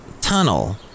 Tunnel